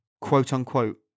quote-unquote